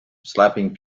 slapping